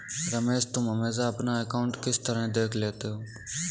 रमेश तुम हमेशा अपना अकांउट किस तरह देख लेते हो?